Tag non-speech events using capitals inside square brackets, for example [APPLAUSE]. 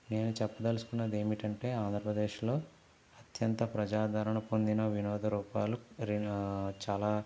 నేను చెప్పదలచుకున్నది ఏమిటంటే ఆంధ్రప్రదేశ్లో అత్యంత ప్రజాదరణ పొందిన వినోద రూపాలు [UNINTELLIGIBLE] చాలా